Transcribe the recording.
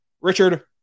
Richard